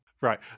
Right